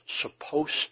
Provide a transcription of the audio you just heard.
supposed